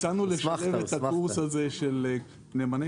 הצענו לשלב את הקורס הזה של נאמני